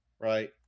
right